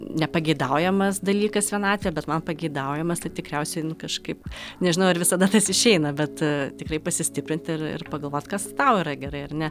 nepageidaujamas dalykas vienatvė bet man pageidaujamas tad tikriausiai nu kažkaip nežinau ar visada tas išeina bet tikrai pasistiprint ir ir pagalvot kas tau yra gerai ar ne